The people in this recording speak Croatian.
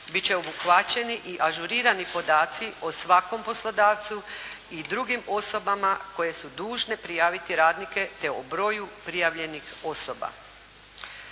će obuhvaćeni i ažurirani podaci o svakom poslodavcu i drugim osobama koje su dužne prijaviti radnike te o broju prijavljenih osoba.